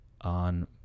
on